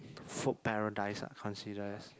food paradise ah considered as